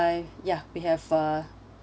ya we have uh